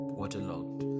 waterlogged